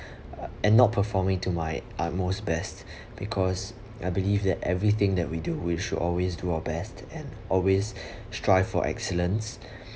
and not performing to my utmost best because I believe that everything that we do we should always do our best and always strive for excellence